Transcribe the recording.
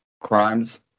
crimes